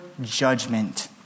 judgment